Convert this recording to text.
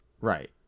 Right